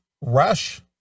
Rush